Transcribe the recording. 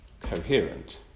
coherent